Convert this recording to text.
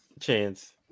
Chance